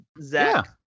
Zach